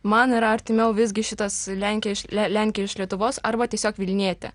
man yra artimiau visgi šitas lenkė iš le lenkė iš lietuvos arba tiesiog vilnietė